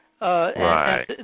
Right